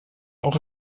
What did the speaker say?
auch